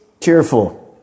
cheerful